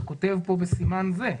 אתה כותב פה "בסימן זה".